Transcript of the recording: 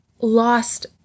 lost